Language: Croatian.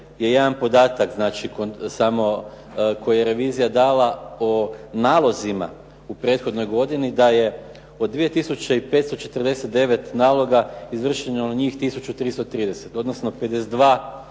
je jedan podatak, znači samo koji je revizija dala o nalozima u prethodnoj godini da je od 2549 naloga izvršeno njih 1330, odnosno 52, 2%.